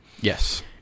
Yes